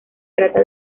trata